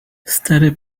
stary